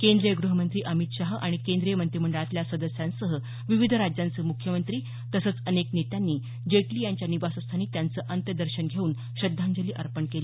केंद्रीय गृहमंत्री अमित शहा आणि केंद्रीय मंत्रिमंडळातल्या सदस्यांसह विविध राज्यांचे मुख्यमंत्री तसंच अनेक नेत्यांनी जेटली यांच्या निवासस्थानी त्यांचं अंत्यदर्शन घेऊन श्रद्धांजली अर्पण केली